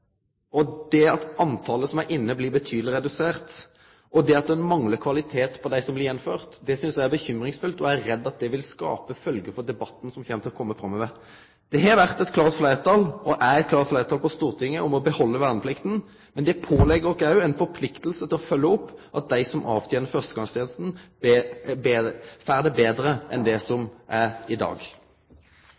og det at talet på dei som er inne, blir betydeleg redusert, og det at det manglar kvalitet på dei som gjennomfører tenesta, synest eg er bekymringsfullt. Eg er redd for at det vil skape følgjer for debatten som kjem til å kome framover. Det har vore eit klart fleirtal, og det er eit klart fleirtal, på Stortinget for å behalde verneplikta, men det pålegg oss også ei forplikting til å følgje opp at dei som avtener førstegangstenesta, får det betre enn det dei har i dag.